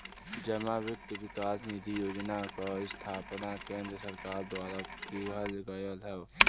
जमा वित्त विकास निधि योजना क स्थापना केन्द्र सरकार द्वारा किहल गयल हौ